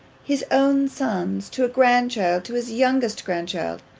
his own sons, to a grandchild to his youngest grandchild!